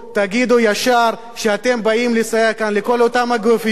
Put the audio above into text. תגידו ישר שאתם באים לסייע כאן לכל אותם הגופים.